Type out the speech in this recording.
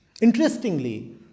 Interestingly